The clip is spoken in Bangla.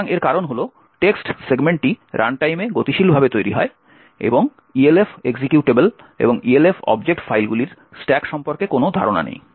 সুতরাং এর কারণ হল টেক্সট সেগমেন্টটি রানটাইমে গতিশীলভাবে তৈরি হয় এবং ELF এক্সিকিউটেবল এবং ELF অবজেক্ট ফাইলগুলির স্ট্যাক সম্পর্কে কোনও ধারণা নেই